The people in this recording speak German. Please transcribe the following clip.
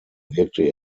wirkte